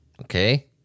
Okay